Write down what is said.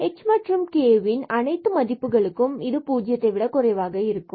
h மற்றும் kன் அனைத்து மதிப்புகளுக்கும் பூஜ்ஜியத்தை விட குறைவாக இருக்கும்